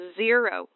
zero